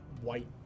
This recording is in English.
white